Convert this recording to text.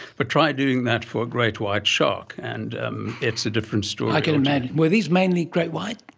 but try doing that for a great white shark and it's a different story. i can imagine. were these mainly great whites?